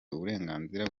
uburenganzira